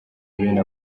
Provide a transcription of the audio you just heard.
bene